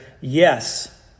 yes